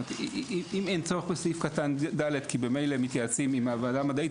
אם אין צורך בסעיף קטן (ד) כי במילא מתייעצים עם הוועדה המדעית,